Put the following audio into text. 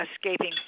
escaping